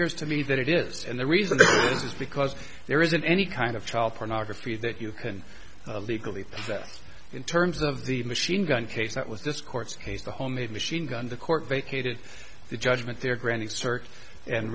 appears to me that it is and the reason is because there isn't any kind of child pornography that you can legally sell in terms of the machine gun case that was this court case the homemade machine gun the court vacated the judgment there granting cert and